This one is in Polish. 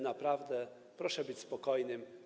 Naprawdę proszę być spokojnym.